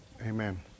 Amen